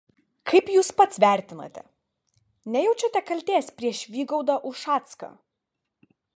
kaip jūs pats vertinate nejaučiate kaltės prieš vygaudą ušacką